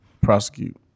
Prosecute